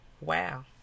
wow